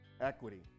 equity